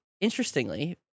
interestingly